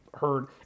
heard